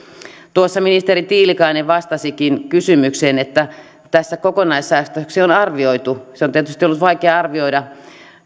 tuossa ministeri tiilikainen vastasikin kysymykseen että tässä kokonaissäästöksi on arvioitu sitä on tietysti ollut vaikea arvioida